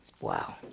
Wow